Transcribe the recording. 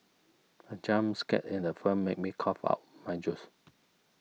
the jump scare in the film made me cough out my juice